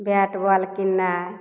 bat ball किननाइ